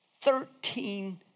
Thirteen